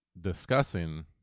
discussing